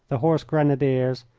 the horse grenadiers,